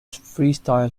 freestyle